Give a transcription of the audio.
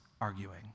arguing